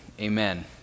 amen